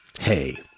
Hey